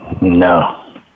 No